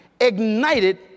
ignited